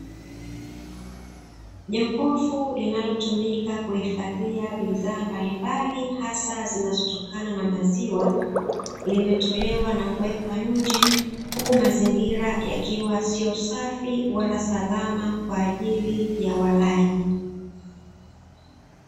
Jokofu linalotumika kuhifadhia bidhaa mbalimbali hasa zinazotokana na maziwa limetolewa na kuwekwa nje, huku mazingira yakiwa sio safi wala salama kwa ajili ya walaji.